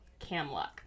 camluck